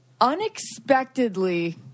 Unexpectedly